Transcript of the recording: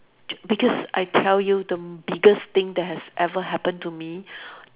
because I tell you the biggest thing that has ever happen to me